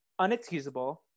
unexcusable